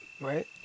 Right